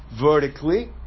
vertically